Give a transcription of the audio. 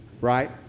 Right